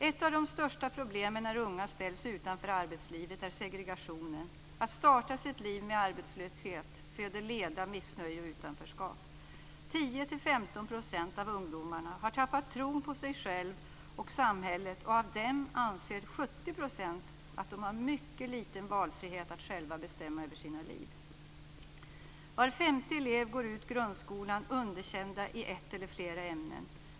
Ett av de största problemen när unga ställs utanför arbetslivet är segregationen. Att starta sitt liv med arbetslöshet föder leda, missnöje och utanförskap. 10-15 % av ungdomarna har tappat tron på sig själva och på samhället. Av dessa anser 70 % att de har mycket liten frihet att själva bestämma över sina liv. Var femte elev går ut grundskolan med underkänt i ett eller flera ämnen.